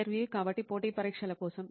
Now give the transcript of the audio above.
ఇంటర్వ్యూఈ కాబట్టి పోటీ పరీక్షల కోసం